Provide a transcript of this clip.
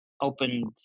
opened